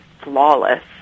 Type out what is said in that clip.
flawless